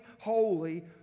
holy